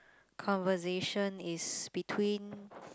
conversation is between